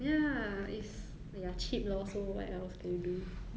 ya it's !aiya! cheap lor so what else can you do